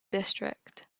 district